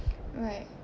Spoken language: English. right